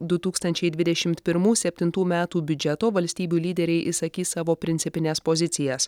du tūkstančiai dvidešimt pirmų septintų metų biudžeto valstybių lyderiai išsakys savo principines pozicijas